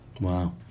Wow